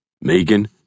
Megan